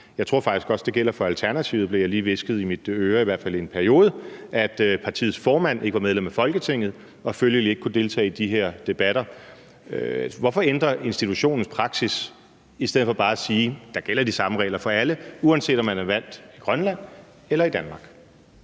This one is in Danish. Jeg tror faktisk også, det gælder for Alternativet, blev jeg lige hvisket i mit øre – i hvert fald i en periode – at partiets formand ikke var medlem af Folketinget og følgelig ikke kunne deltage i de her debatter. Hvorfor ændre institutionens praksis i stedet for bare at sige, at der gælder de samme regler for alle, uanset om man er valgt i Grønland eller i Danmark?